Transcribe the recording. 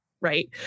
Right